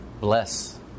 bless